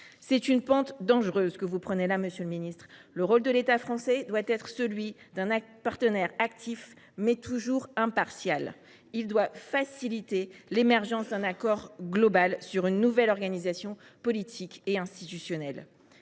C’est une pente dangereuse que vous prenez là, monsieur le ministre. Le rôle de l’État français doit être celui d’un partenaire actif, mais toujours impartial ; il doit faciliter l’émergence d’un accord global sur une nouvelle organisation politique et institutionnelle.